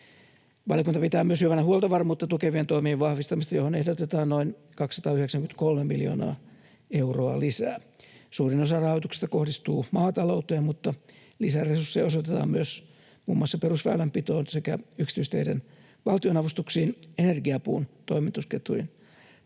Valiokunta pitää myös hyvänä huoltovarmuutta tukevien toimien vahvistamista, johon ehdotetaan noin 293 miljoonaa euroa lisää. Suurin osa rahoituksesta kohdistuu maatalouteen, mutta lisäresursseja osoitetaan myös muun muassa perusväylänpitoon sekä yksityisteiden valtionavustuksiin energiapuun toimitusketjujen